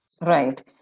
Right